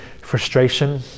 frustration